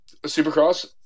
Supercross